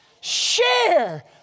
Share